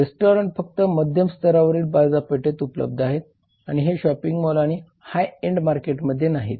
restaurants फक्त मध्यम स्तरावरील बाजारपेठेत उपलब्ध आहेत आणि हे शॉपिंग मॉल आणि हाय एन्ड मार्केटमध्ये नाहीत